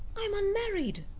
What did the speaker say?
i am unmarried!